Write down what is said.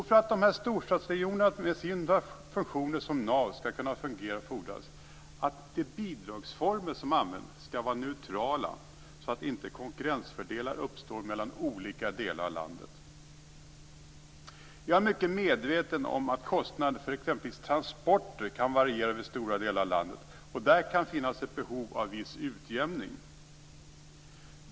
För att storstadsregionerna med sina funktioner som nav skall kunna fungera fordras det att de bidragsformer som används är neutrala så att inte konkurrensfördelar uppstår mellan olika delar av landet. Jag är mycket medveten om att kostnaderna för exempelvis transporter kan variera över stora delar av landet. Där kan det finnas ett behov av en viss utjämning.